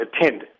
attend